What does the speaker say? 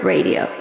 Radio